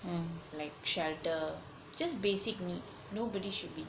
like shelter just basic needs nobody should be